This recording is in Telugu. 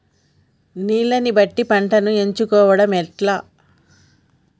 నీళ్లని బట్టి పంటను ఎంచుకోవడం ఎట్లా?